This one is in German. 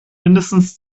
mindestens